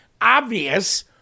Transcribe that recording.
obvious